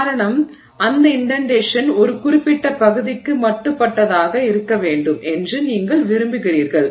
காரணம் அந்த இன்டென்டேஷன் ஒரு குறிப்பிட்ட பகுதிக்கு மட்டுப்படுத்தப்பட்டதாக இருக்க வேண்டும் என்று நீங்கள் விரும்புகிறீர்கள்